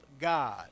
god